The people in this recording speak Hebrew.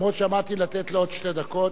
אפילו שעמדתי לתת לו עוד שתי דקות.